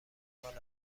مانند